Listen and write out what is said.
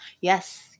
Yes